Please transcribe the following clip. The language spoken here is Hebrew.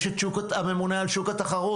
יש את הממונה על שוק התחרות,